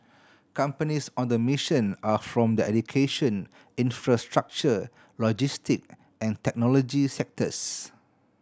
companies on the mission are from the education infrastructure logistic and technology sectors